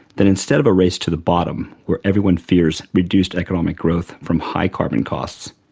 then instead of a race to the bottom where everyone fears reduced economic growth from high carbon costs,